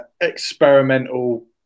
experimental